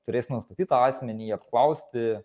turės nustatyt tą asmenį apklausti